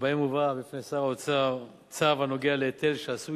שבהם מובא בפני שר האוצר צו הקשור להיטל שעשוי